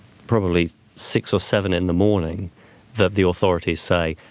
probably six or seven in the morning that the authorities say,